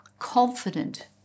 confident